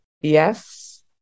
Yes